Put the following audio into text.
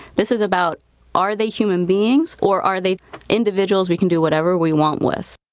this is about are they human beings or are they individuals we can do whatever we want with?